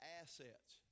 assets